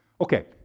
Okay